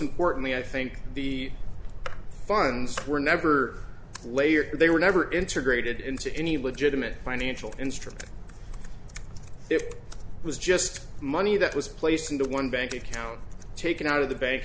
importantly i think the funds were never layered they were never entered rated into any legitimate financial instrument it was just money that was placed into one bank account taken out of the bank